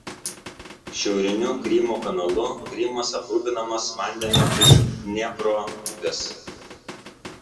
šiauriniu krymo kanalu krymas aprūpinamas vandeniu iš dniepro upės